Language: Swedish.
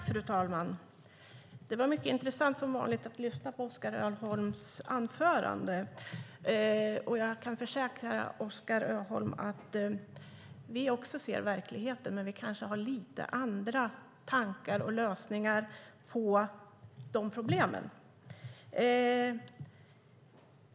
Fru talman! Det var som vanligt intressant att lyssna på Oskar Öholms anförande. Jag kan försäkra Oskar Öholm att vi också ser verkligheten, men vi har kanske lite andra lösningar på problemen.